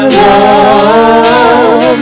love